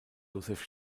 josef